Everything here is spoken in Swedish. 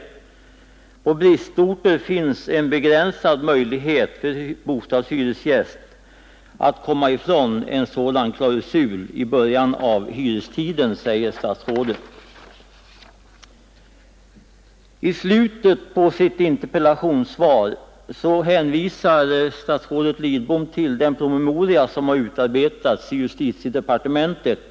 På bristorter finns en begränsad möjlighet för bostadshyresgäst att komma ifrån en sådan klausul i början av hyrestiden”. I slutet på sitt interpellationssvar hänvisar statsrådet Lidbom till den promemoria som utarbetats inom justitiedepartementet.